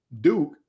Duke